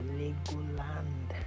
legoland